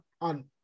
on